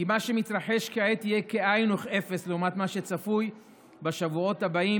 כי מה שמתרחש כעת הוא כאין וכאפס לעומת מה שצפוי בשבועות הבאים,